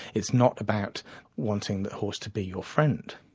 it's not about wanting the horse to be your friend,